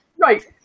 Right